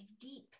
deep